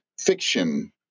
fiction